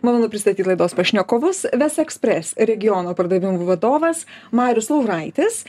malonu pristatyti laidos pašnekovus vest ekspres regiono pardavimų vadovas marius lauraitis